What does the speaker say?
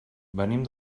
venim